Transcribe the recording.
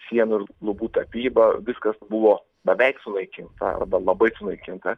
sienų ir lubų tapyba viskas buvo beveik sunaikinta arba labai sunaikinta